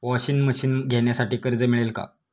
Washing machine घेण्यासाठी कर्ज मिळेल का?